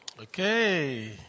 okay